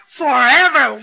forever